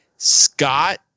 Scott